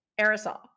aerosol